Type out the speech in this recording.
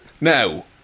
now